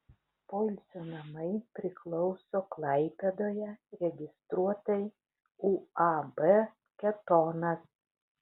poilsio namai priklauso klaipėdoje registruotai uab ketonas